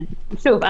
שוב,